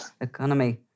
economy